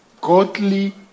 godly